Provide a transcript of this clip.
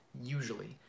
usually